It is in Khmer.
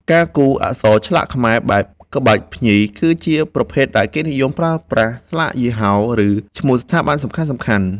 ការគូរ អក្សរឆ្លាក់ខ្មែរ បែបក្បាច់ភ្ញី គឺជាប្រភេទដែលគេនិយមប្រើសម្រាប់ស្លាកយីហោ ឬឈ្មោះស្ថាប័នសំខាន់ៗ។